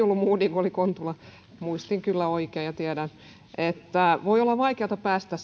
ollut modig oli kontula muistin kyllä oikein ja tiedän että voi olla vaikeata päästä